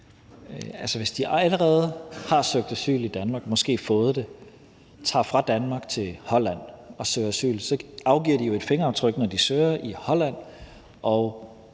hvis de allerede har søgt asyl i Danmark og måske har fået det og tager fra Danmark til Holland og søger asyl, afgiver de jo et fingeraftryk, når de søger i Holland,